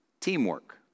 teamwork